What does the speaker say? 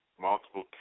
Multiple